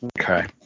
Okay